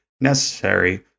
necessary